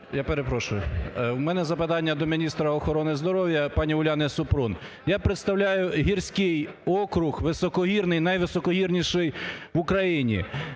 Я перепрошую, в мене запитання до міністра охорони здоров'я пані Уляни Супрун. Я представляю гірський округ високогірний, найвисокогірніший в Україні,